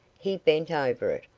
he bent over it,